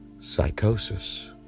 psychosis